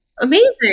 Amazing